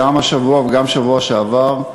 גם השבוע וגם בשבוע שעבר,